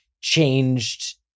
changed